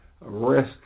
risk